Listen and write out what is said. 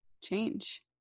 change